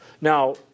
Now